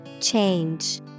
Change